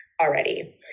already